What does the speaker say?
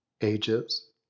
ages